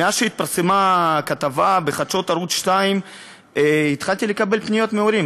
מאז התפרסמה הכתבה בחדשות ערוץ 2 התחלתי לקבל פניות מהורים,